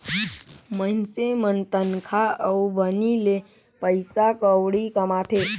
मइनसे मन तनखा अउ बनी ले पइसा कउड़ी कमाथें